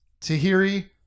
Tahiri